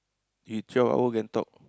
you twelve hour can talk